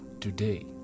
today